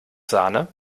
sahne